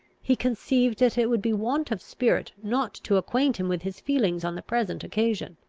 he conceived that it would be want of spirit not to acquaint him with his feelings on the present occasion.